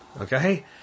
Okay